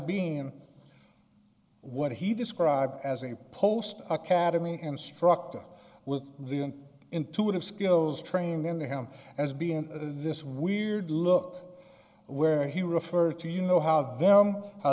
being what he described as a post academy instructor with the an intuitive skills training then him as being this weird look where he referred to you know how